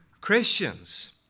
Christians